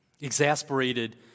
Exasperated